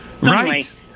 Right